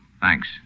Thanks